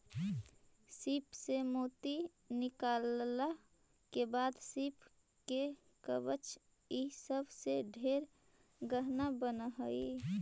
सीप से मोती निकालला के बाद सीप के कवच ई सब से ढेर गहना बन हई